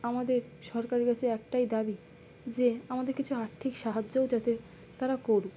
আমাদের সরকারের কাছে একটাই দাবি যে আমাদের কিছু আর্থিক সাহায্যও যাতে তারা করুক